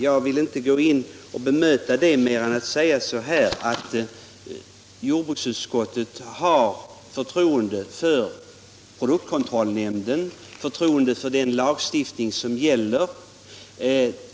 Jag vill inte bemöta honom mer än genom att säga, att jordbruksutskottet har förtroende för produktkontrollnämnden och för den lagstiftning som gäller.